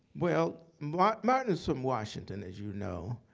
well, martin martin is from washington, as you know.